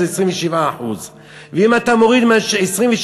זה 27%. ואם אתה מוריד מ-27%,